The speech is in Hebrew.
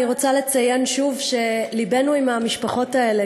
אני רוצה לציין שוב שלבנו עם המשפחות האלה,